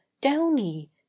downy